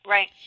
Right